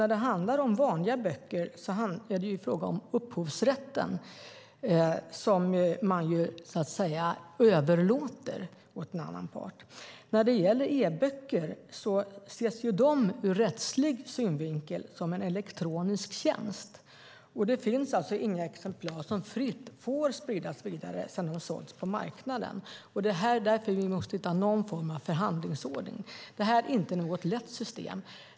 När det handlar om vanliga böcker överlåter man upphovsrätten åt en annan part. När det gäller e-böcker ses de ur rättslig synvinkel som en elektronisk tjänst, och inga exemplar får fritt spridas vidare sedan de sålts på marknaden. Därför måste vi hitta någon form av förhandlingsordning. Det är inget lätt system.